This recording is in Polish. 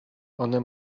one